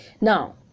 Now